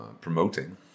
promoting